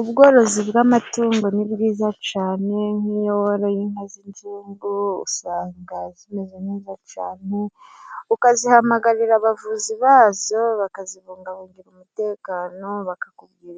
Ubworozi bw'amatungo ni bwiza cyane, nk'iyo woroye inka z'inzungu usanga zimeze neza cyane, ukazihamagarira abavuzi bazo, bakazibungabugira umutekano, bakakubwira